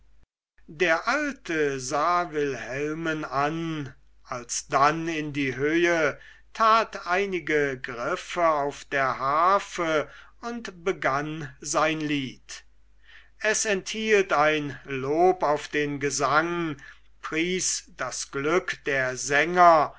der alte sah wilhelmen an alsdann in die höhe tat einige griffe auf der harfe und begann sein lied es enthielt ein lob auf den gesang pries das glück der sänger